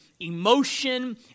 emotion